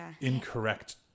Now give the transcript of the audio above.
incorrect